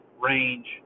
range